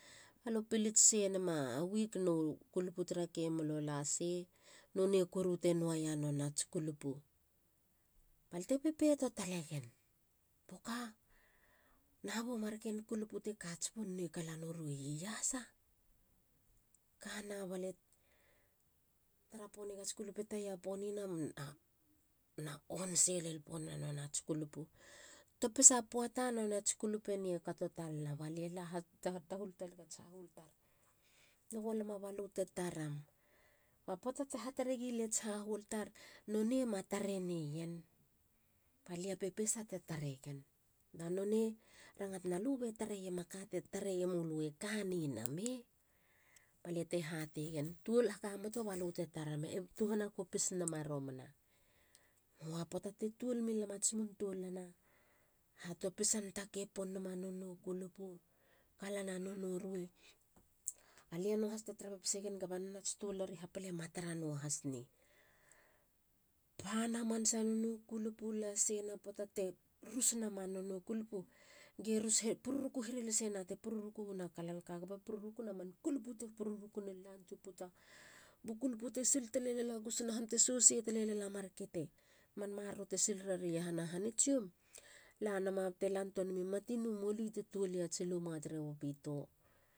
Balo pilits sei nema wik no kulupu tara kei molo. lasei. nonei koru te nua ia nonats kulupu balte pepeto talegen. boka? Naha bo marken kulupu te kats pon ne kalanu rue i iasa? Kana. balie tara ponigats kulupu taia ponina mena on sei lel pona nonats kulupu. topisa poata nonats kulupu ni e kato talana balie la hatahul talag ats hahuol. luggo lama balute temi taram. Ba poata te hatare giliats hahuol tar. nonei ma tareneien. ba lia pepese te taregen. ba nonei rangatana. lube tareiema kate tareiemulu e kane namei? Balia te hatei gen. tuol hakamoto balute taram ena tuhana kopis nama romana. mua. poata te tuol mi lam ats mun toulana. hatopisan takei pon nama nono kulup. kalana nono ruei. balia nuahas te tara pepesegen guba toular i hapala ma tara nuahas nei. Pan hamasa namu kulupu la seina. puata te rus nama nono kulupu ge pururuku here lasena te pururuku wana ka. gube pururukuna. man kulupu te pururuku tesil talelala gusuna han. te sosei tala lala mar kete. man maroro tesilirara iahana han tsiom. lanama bate lantuani matinu moli te tuol ya tsi luma tere wapito